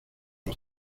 los